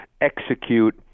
execute